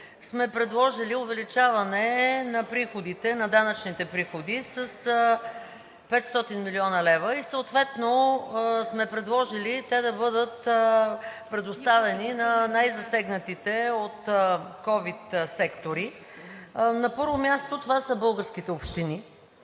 сме предложили увеличаване на данъчните приходи с 500 млн. лв. и съответно сме предложили те да бъдат предоставени на най-засегнатите от ковид сектори. На първо място, това са българските общини,